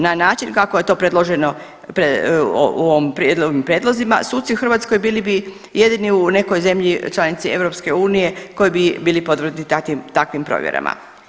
Na način kako je to predloženo u ovim prijedlozima suci u Hrvatskoj bili bi jedini u nekoj zemlji članici EU koji bi bili podvrgnuti takvim provjerama.